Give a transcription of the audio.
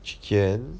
chee ken